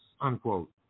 unquote